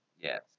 Yes